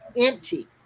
empty